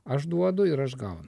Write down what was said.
aš duodu ir aš gaunu